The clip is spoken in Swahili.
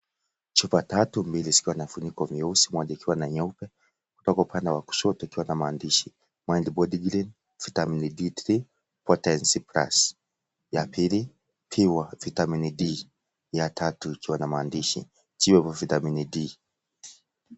Chupa tatu mbili zikiwa na vifuniko vyeusi moja ikiwa na nyeupe kutoka upande wa kushoto ikiwa na maandishi mindbodygreen vitamin D3 potency+ ya pili pure vitamin D ya tatu ikiwa na maandishi chewable vitamin D .